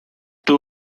two